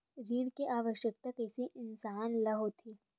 ऋण के आवश्कता कइसे इंसान ला होथे?